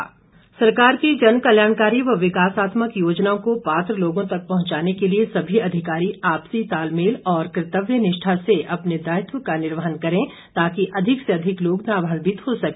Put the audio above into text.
अनुराग सरकार की जनकल्याणकारी व विकासात्मक योजनाओं को पात्र लोगों तक पहुंचाने के लिए सभी अधिकारी आपसी तालमेल और कर्तव्यनिष्ठा से अपने दायित्व का निवर्हन करे ताकि अधिक से अधिक लोग लाभान्वित हो सके